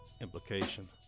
Implication